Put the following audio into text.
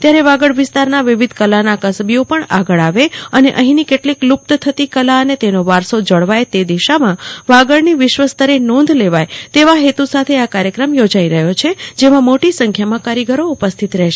ત્યારે વાગડ વિસ્તારના વિવિધ કલાના કસબીઓ પણ આગળ આવે અને અહીંની કેટલીક લુપ્ત થતી કલા અને તેનો વારસો જળવાય અને આ દિશામાં વાગડની વિશ્વસ્તરે નોંધ લેવાય તેવા હેતુ સાથે અહીં કાર્યક્રમ યોજાઈ રહ્યો છે જેમાં મોટી સંખ્યામાં કારીગરો ઉપસ્થિત રહેશે